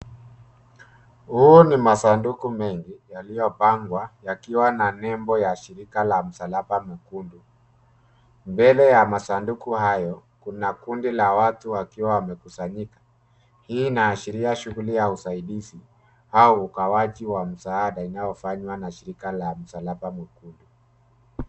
Huu ni masanduku mengi yaliyopangwa yakiwa na nembo ya shirika la msalaba mwekundu. Mbele ya masanduku hayo kuna kundi la watu wakiwa wamekusanyika. Hii inaashiria shuguli ya usaidizi au ugawaji wa msaada inayofanywa na shirika la msalaba mwekundu.